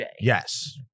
Yes